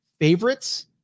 favorites